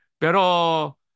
Pero